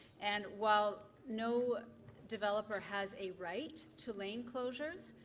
and while no developer has a right to lane closures,